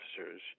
officers